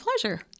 pleasure